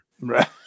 Right